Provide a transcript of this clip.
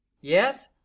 Yes